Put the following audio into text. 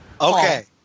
Okay